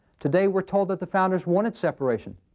today we're told that the founders wanted separation.